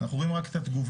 אנחנו רואים רק את התגובה